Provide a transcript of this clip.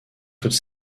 toute